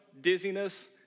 dizziness